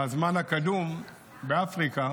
בזמן הקדום באפריקה